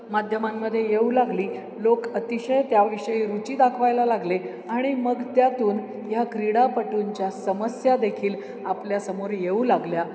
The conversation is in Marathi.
माध्यमांमध्ये येऊ लागली लोक अतिशय त्याविषयी रुची दाखवायला लागले आणि मग त्यातून ह्या क्रीडापटूंच्या समस्या देखील आपल्यासमोर येऊ लागल्या